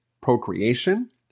procreation